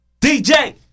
DJ